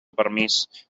permís